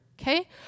okay